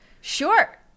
Sure